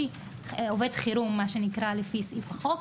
מה שנקרא עובד חירום לפי סעיף החוק,